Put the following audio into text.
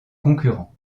concurrents